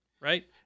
right